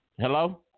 Hello